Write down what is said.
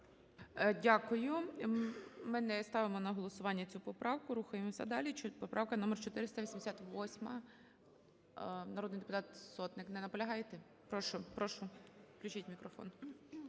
Дякую. Ми не ставимо на голосування цю поправку. Рухаємося далі. Поправка номер 488. Народний депутат Сотник, не наполягаєте? Прошу, прошу. Включіть мікрофон.